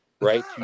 right